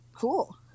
cool